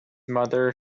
mother